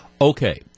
Okay